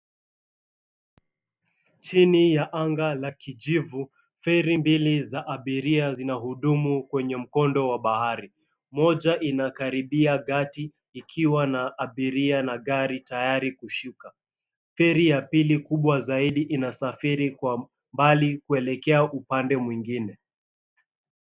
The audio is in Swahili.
Chini ya anga la kijivu , ferri mbili za abiria zina hudumu kwenye mkondo ya bahari. Moja inakaribia gati ikiwa na abiria na gari tayari kushika .Ferri kubwa zaidi inasafiri kwa mbali kuelekea upande mwingine.